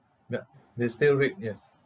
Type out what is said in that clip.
yup they're still red yes